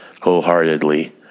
wholeheartedly